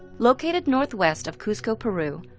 located northwest of cuso, peru,